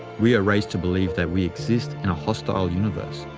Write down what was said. we are raised to believe that we exist in a hostile universe,